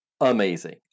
amazing